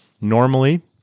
Normally